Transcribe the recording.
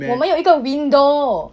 我们有一个 window